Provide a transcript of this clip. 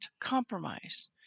compromise